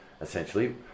essentially